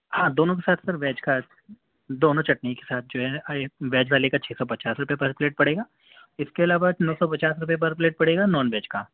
ہاں دونوں کے ساتھ سر ویج کا دونوں چٹنی کے ساتھ جو ہے ویج والے کا چھ سو پچاس روپئے پر پلیٹ پڑے گا اِس کے علاوہ نو سو پچاس روپئے پر پلیٹ پڑے گا نان ویج کا